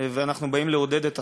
ואנחנו באים לעודד את הספורט,